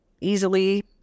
easily